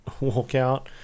walkout